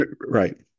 Right